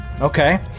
Okay